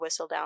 Whistledown